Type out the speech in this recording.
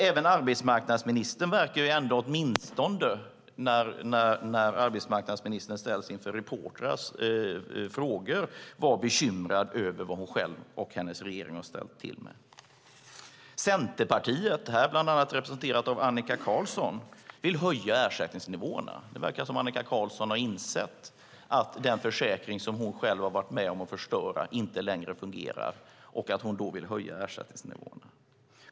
Även arbetsmarknadsministern verkar ändå, åtminstone när hon ställs inför reportrars frågor, vara bekymrad över vad hon själv och hennes regering har ställt till med. Centerpartiet, här representerat av Annika Qarlsson, vill höja ersättningsnivåerna. Det verkar som att Annika Qarlsson har insett att den försäkring som hon själv har varit med om att förstöra inte längre fungerar, och då vill hon höja ersättningsnivåerna.